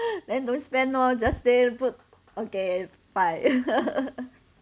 then don't spend lor just stay put okay bye